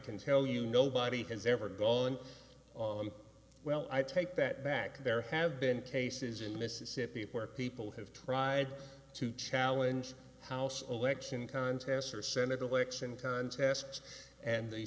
can tell you nobody has ever gone well i take that back there have been cases in mississippi where people have tried to challenge house all action contests or senate election contests and the